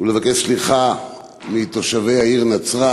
ולבקש סליחה מתושבי העיר נצרת.